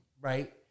Right